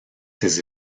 ses